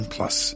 Plus